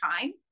time